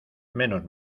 menos